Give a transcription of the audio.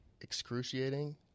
excruciating